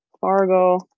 Fargo